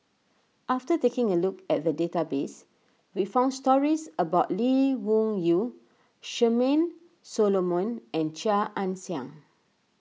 after taking a look at the database we found stories about Lee Wung Yew Charmaine Solomon and Chia Ann Siang